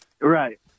Right